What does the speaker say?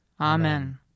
Amen